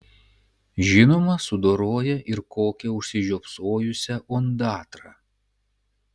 žinoma sudoroja ir kokią užsižiopsojusią ondatrą